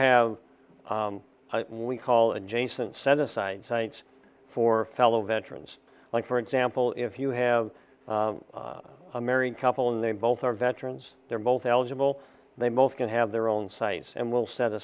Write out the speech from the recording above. have we call adjacent set aside sites for fellow veterans like for example if you have a married couple and they both are veterans they're both eligible they both can have their own sites and we'll set a